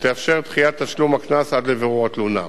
ותאפשר דחיית תשלום הקנס עד לבירור התלונה.